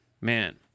man